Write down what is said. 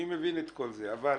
אני מבין את כל זה, אבל